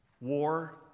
War